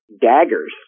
daggers